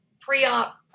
pre-op